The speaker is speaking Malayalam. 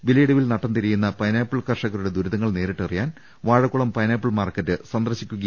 വിലയിടിവിൽ നട്ടംതിരിയുന്ന പൈനാപ്പിൾ കർഷകരുടെ ദുരിതങ്ങൾ നേരിട്ടറിയാൻ വാഴക്കുളം പൈനാപ്പിൾ മാർക്കറ്റ് സന്ദർശിക്കുകയായിരുന്നു മന്ത്രി